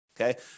Okay